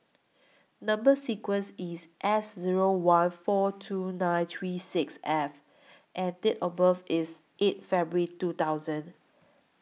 Number sequence IS S Zero one four two nine three six F and Date of birth IS eighth February two thousand